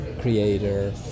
creator